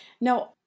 Now